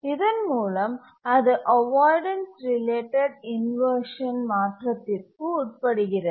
இதன் மூலம் அது அவாய்டன்ஸ் ரிலேட்டட் இன்வர்ஷன் மாற்றத்திற்கு உட்படுகிறது